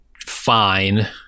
fine